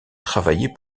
travaillait